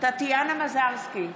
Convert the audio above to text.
טטיאנה מזרסקי,